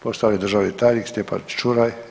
Poštovani državni tajnik Stjepan Čuraj.